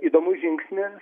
įdomus žingsnis